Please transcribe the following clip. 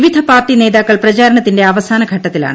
വിവിധ പാർട്ടി നേതാക്കൾ പ്രചാരണത്തിന്റെ അവസാനഘട്ടത്തിലാണ്